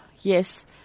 Yes